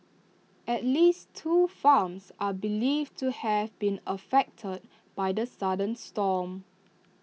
at least two farms are believed to have been affected by the sudden storm